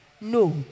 No